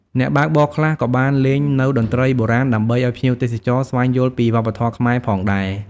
អ្នកបើកបរខ្លះក៏បានលេងនូវតន្ត្រីបុរាណដើម្បីឱ្យភ្ញៀវទេសចរស្វែងយល់ពីវប្បធម៌ខ្មែរផងដែរ។